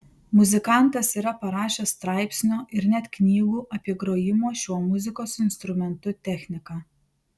muzikantas yra parašęs straipsnių ir net knygų apie grojimo šiuo muzikos instrumentu techniką